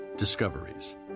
Discoveries